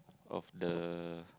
of the